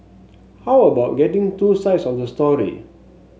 how about getting two sides of the story